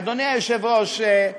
אדוני היושב-ראש,